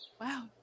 Wow